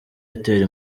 airtel